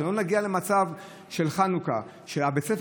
כדי שלא נגיע למצב שבחנוכה בית הספר